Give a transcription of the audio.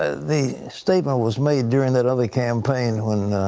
ah the statement was made during that other campaign when,